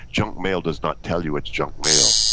junk mail does not tell you it's junk mail,